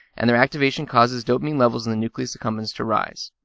and their activation causes dopamine levels in the nucleus accumbens to rise.